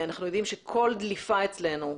אנחנו יודעים שכל דליפה אצלנו,